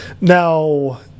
Now